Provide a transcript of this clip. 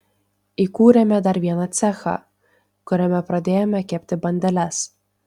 įkūrėme dar vieną cechą kuriame pradėjome kepti bandeles